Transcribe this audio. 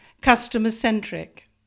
customer-centric